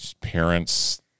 parents